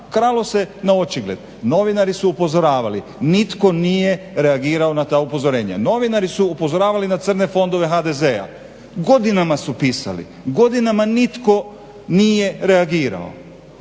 Kralo se naočigled. Novinari su upozoravali, nitko nije reagirao na ta upozorenja. Novinari su upozoravali na crne fondove HDZ-a, godinama su pisali, godinama nitko nije reagirao.